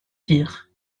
dire